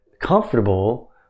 comfortable